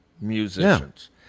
musicians